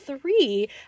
Three